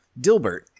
Dilbert